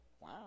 Wow